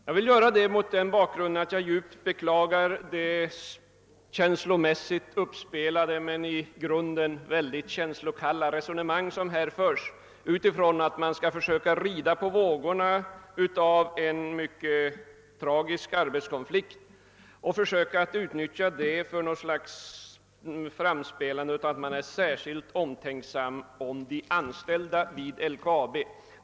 Jag vill göra det mot bakgrunden av att jag djupt beklagar det känslomässigt uppspelade men i grunden känslokalla resonemang som förts med utgångspunkt från att man skulle försöka »rida på vågorna« i en mycket tragisk arbetskonflikt och utnyttja denna för att visa att man är särskilt omtänksam om de anställda vid LKAB.